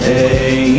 Hey